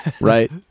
right